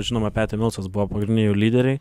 žinoma peti milsas buvo pagrindiniai jų lyderiai